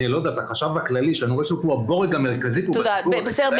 החשב הכללי שאני רואה שהוא פה הבורג המרכזי --- בסדר,